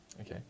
Okay